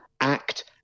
act